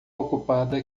ocupada